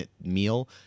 meal